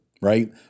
right